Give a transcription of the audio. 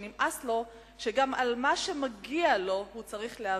שנמאס לו שגם על מה שמגיע לו הוא צריך להיאבק,